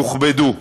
יוכבדו.